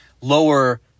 lower